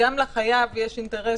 גם לחייב יש אינטרס